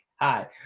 Hi